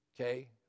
Okay